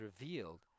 revealed